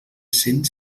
cent